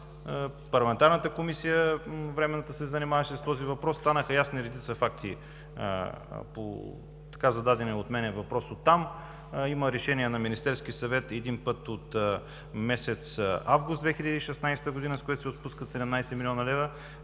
парламентарна комисия се занимаваше с този въпрос. Станаха ясни редица факти по така зададения от мен въпрос от там. Има решение на Министерския съвет един път от месец август 2016 г., с което се отпускат 17 млн. лв.,